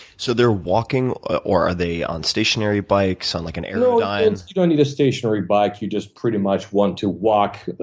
so they're walking, or are they on stationary bikes, on like an aerodyne? no, it's you don't need a stationary bike. you just pretty much want to walk.